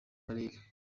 karere